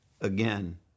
again